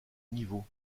niveau